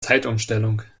zeitumstellung